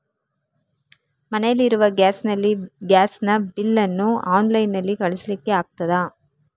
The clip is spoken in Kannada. ಮನೆಯಲ್ಲಿ ಇರುವ ಗ್ಯಾಸ್ ನ ಬಿಲ್ ನ್ನು ಆನ್ಲೈನ್ ನಲ್ಲಿ ಕಳಿಸ್ಲಿಕ್ಕೆ ಆಗ್ತದಾ?